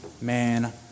man